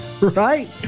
Right